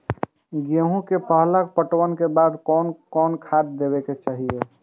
गेहूं के पहला पटवन के बाद कोन कौन खाद दे के चाहिए?